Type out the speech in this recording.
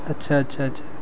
اچھا اچھا اچھا